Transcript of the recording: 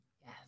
Yes